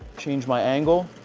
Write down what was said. change my angle.